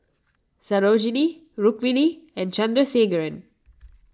Sarojini Rukmini and Chandrasekaran